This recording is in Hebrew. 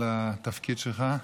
התפקיד שלך.